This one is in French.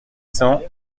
cents